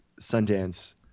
Sundance